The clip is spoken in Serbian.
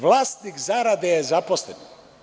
Vlasnik zarade je zaposleni.